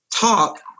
Talk